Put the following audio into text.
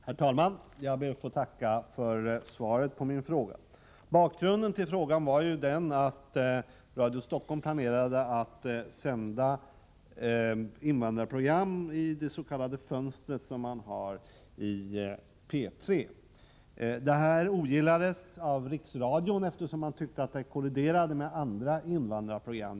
Herr talman! Jag ber att få tacka för svaret på min fråga. Bakgrunden till frågan är att Radio Stockholm planerat att sända invandrarprogram i Fönstret i P 3, vilket då ogillades av Riksradion, eftersom de skulle kollidera med andra invandrarprogram.